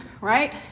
right